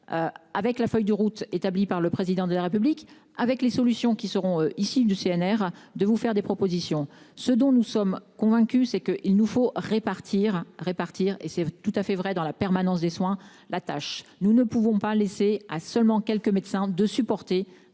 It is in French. Avec la feuille de route établie par le président de la République avec les solutions qui seront issus du CNR de vous faire des propositions. Ce dont nous sommes convaincus c'est que il nous faut répartir répartir et c'est tout à fait vrai dans la permanence des soins, la tâche. Nous ne pouvons pas laisser à seulement quelques médecins de supporter